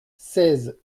seize